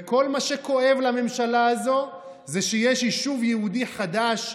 וכל מה שכואב לממשלה הזאת זה שיש יישוב יהודי חדש,